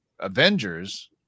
Avengers